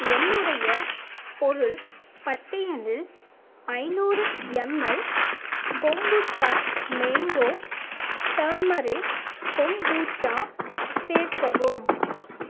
என்னுடைய பொருள் பட்டியலில் ஐநூறு ML kombucha mango turmeric kombucha சேர்க்கவும்